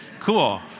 Cool